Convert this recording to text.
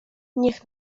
niech